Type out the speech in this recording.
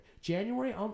January